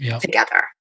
together